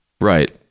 right